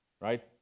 right